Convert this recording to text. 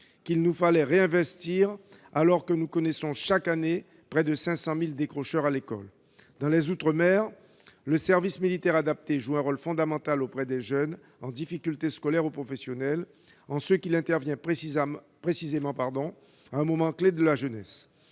qu'il nous fallait réinvestir, alors que nous connaissons chaque année près de 500 000 décrocheurs à l'école. Dans les outre-mer, le service militaire adapté joue un rôle fondamental pour les jeunes connaissant des difficultés, scolaires ou professionnelles, car il intervient précisément à un moment clé de la jeunesse.